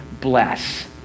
bless